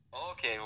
Okay